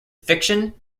fiction